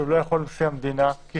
שלא יחול על נשיא המדינה ככלל,